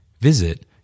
Visit